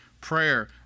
prayer